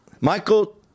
Michael